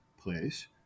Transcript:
place